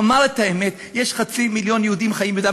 נאמר את האמת: יש חצי מיליון יהודים שחיים ביהודה